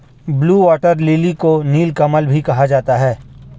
blue water lily को नीलकमल भी कहा जाता है